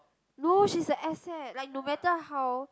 no she's a asset like no matter how